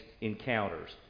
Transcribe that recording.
encounters